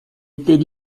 était